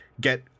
get